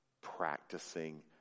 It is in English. practicing